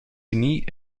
unis